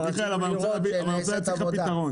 אבל רצינו לראות שנעשית עבודה.